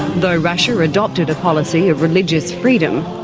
though russia adopted a policy of religious freedom,